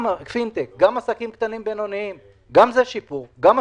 גם הפינטק, גם עסקים קטנים ובינוניים וגם הסוכנות